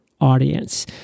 audience